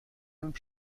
mêmes